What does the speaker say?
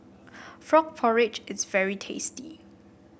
Frog Porridge is very tasty